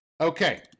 Okay